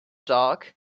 dog